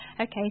Okay